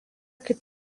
kaip